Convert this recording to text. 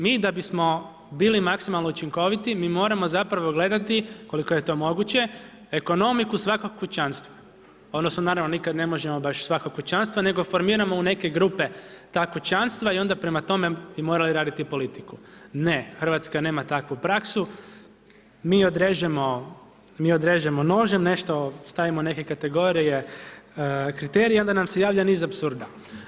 Mi da bismo bili maksimalno učinkoviti, mi moramo gledati koliko je to moguće ekonomiku svakog kućanstva odnosno naravno nikada ne možemo baš svako kućanstvo nego formiramo u neke grupe ta kućanstva i onda prema tome bi morali raditi politiku. ne, Hrvatska nema takvu praksu, mi odrežemo nožem, nešto stavimo neke kategorije kriterija i onda nam se javlja niz apsurda.